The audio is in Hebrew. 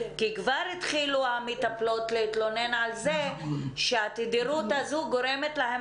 כבר התחילו המטפלות להתלונן על זה שהתדירות הזאת גורמת להם